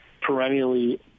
perennially –